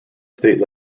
state